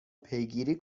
پیگیری